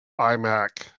iMac